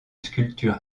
sculpture